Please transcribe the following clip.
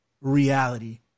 reality